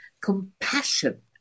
compassion